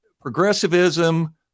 progressivism